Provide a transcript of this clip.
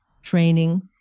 training